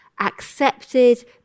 accepted